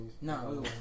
No